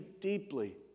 deeply